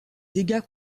dégâts